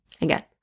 Again